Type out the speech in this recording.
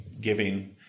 giving